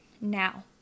Now